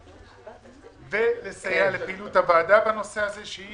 הבחירות ולסייע לפעילות הוועדה בנושא הזה שהוא